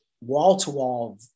wall-to-wall